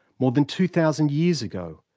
more than two thousand years ago,